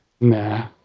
Nah